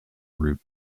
route